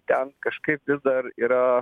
ten kažkaip vis dar yra